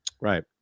right